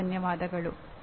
ತುಂಬ ಧನ್ಯವಾದಗಳು